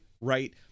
right